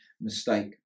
mistake